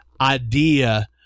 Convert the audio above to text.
idea